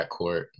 backcourt